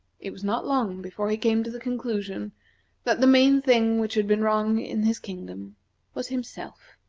it was not long before he came to the conclusion that the main thing which had been wrong in his kingdom was himself.